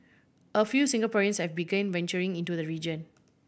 a few Singaporeans have begun venturing into the region